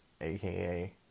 aka